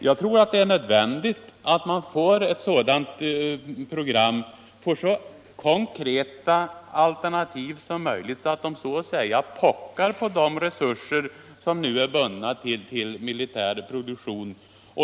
Jag tror att det är nödvändigt att man får ett sådant program, får så konkreta alternativ som möjligt, som så att säga pockar på de resurser som nu är bundna till militär produktion.